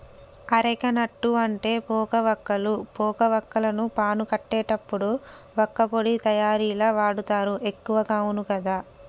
areca nut అంటే పోక వక్కలు, పోక వాక్కులను పాను కట్టేటప్పుడు వక్కపొడి తయారీల వాడుతారు ఎక్కువగా అవును కదా